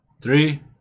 Three